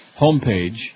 homepage